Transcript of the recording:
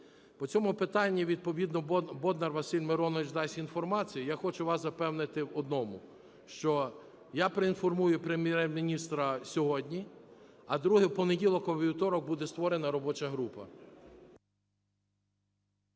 По цьому питанню відповідно Боднар Василь Миронович дасть інформацію. Я хочу вас запевнити в одному, що я проінформую Прем'єр-міністра сьогодні, а, друге, в понеділок-вівторок буде створена робоча група.